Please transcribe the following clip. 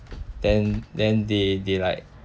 then then they they like